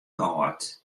kâld